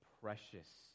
precious